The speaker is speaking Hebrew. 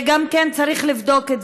גם את זה צריך לבדוק.